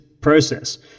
process